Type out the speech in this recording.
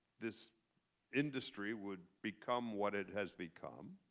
this industry would become what it has become.